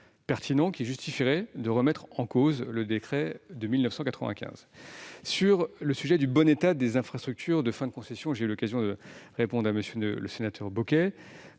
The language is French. qui justifierait de remettre en cause le décret de 1995. Sur le sujet du bon état des infrastructures en fin de concession, j'ai répondu à M. Bocquet